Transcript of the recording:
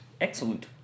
Excellent